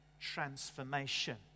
transformation